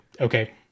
Okay